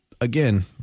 Again